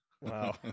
Wow